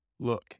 Look